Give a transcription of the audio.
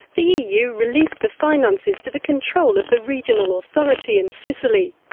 the eu released the finances to the control of the regional authority in sicily.